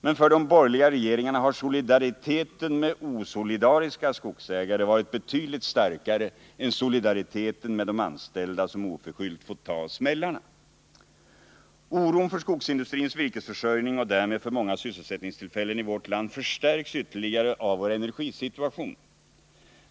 Men för de borgerliga regeringarna har solidariteten med osolidariska skogsägare varit betydligt starkare än solidariteten med de anställda, som oförskyllt får ta smällarna. Oron för skogsindustrins virkesförsörjning och därmed för många sysselsättningstillfällen i vårt land förstärks ytterligare av vår energisituation.